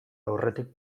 aurretik